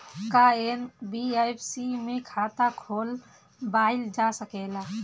का एन.बी.एफ.सी में खाता खोलवाईल जा सकेला?